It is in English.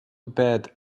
bad